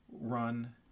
run